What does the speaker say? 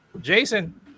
jason